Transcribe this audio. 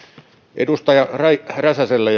edustaja räsäselle